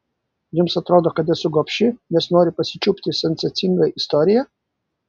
jums atrodo kad esu gobši nes noriu pasičiupti sensacingą istoriją